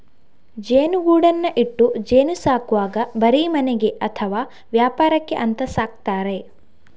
ಜೇನುಗೂಡನ್ನ ಇಟ್ಟು ಜೇನು ಸಾಕುವಾಗ ಬರೀ ಮನೆಗೆ ಅಥವಾ ವ್ಯಾಪಾರಕ್ಕೆ ಅಂತ ಸಾಕ್ತಾರೆ